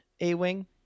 A-Wing